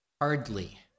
Hardly